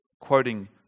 quoting